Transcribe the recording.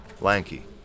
lanky